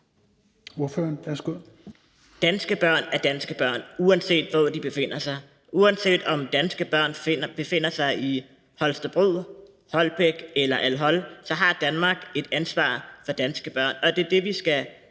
Danske børn er danske børn, uanset hvor de befinder sig. Uanset om danske børn befinder sig i Holstebro, Holbæk eller al-Hol, har Danmark et ansvar for danske børn,